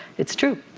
it's true.